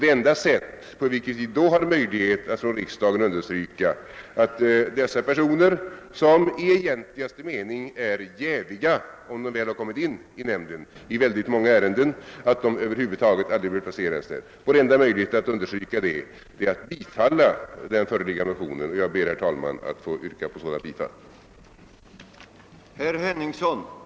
Det enda sätt på vilket vi här i riksdagen kan understryka att vi anser att dessa personer, som i egentligaste mening är jäviga i många ärenden som behandlas i byggnadsnämnd och fastighetsnämnd, aldrig borde placeras där, är då att bifalla de föreliggande motionerna. Jag ber, herr talman, att få yrka bifall till motionerna I: 2 och II: 4.